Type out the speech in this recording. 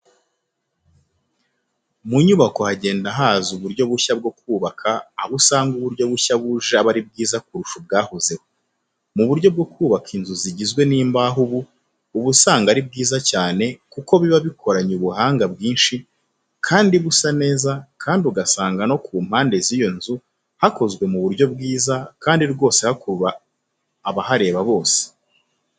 Mu nyubako hagenda haza uburyo bushya bwo kubaka, aho usanga uburyo bushya buje aba ari bwiza kurusha ubwahozeho, mu buryo bwo kubaka inzu zigizwe n'imbaho ubu, uba usanga ari bwiza cyane kuko biba bikoranye ubuhanga bwinshi kandi busa neza kandi ugasanga no ku mpande z'iyo nzu hakozwe mu buryo bwiza kandi rwose hakurura abahareba bose.